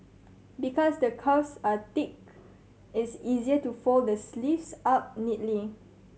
because the cuffs are thick it's easier to fold the sleeves up neatly